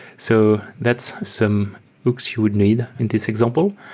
so that's some hooks you would need in this example.